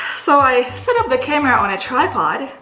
so i set up the camera on a tripod,